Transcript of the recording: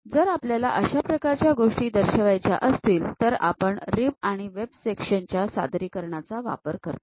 जर आपल्याला अशा प्रकारच्या गोष्टी दर्शवायच्या असतील तेव्हा आपण रिब आणि वेब सेक्शन सादरीकरणाचा वापर करतो